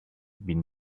been